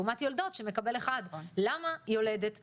לעומת יולדות שמקבל 1. סליחה,